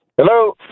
Hello